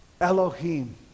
Elohim